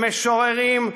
משוררים,